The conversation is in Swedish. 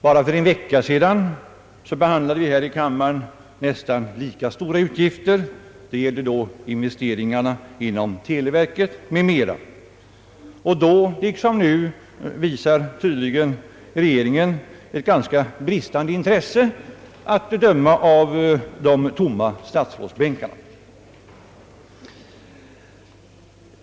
Bara för en vecka sedan behandlade vi här i kammaren nästan lika stora utgifter. Det gällde då investeringarna inom televerket m.m. Då liksom nu visar tydligen regeringen ett ganska bristande intresse, att döma av de tomma statsrådsbänkarna.